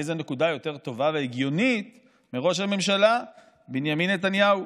איזו נקודה יותר טובה והגיונית מראש הממשלה בנימין נתניהו?